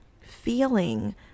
feeling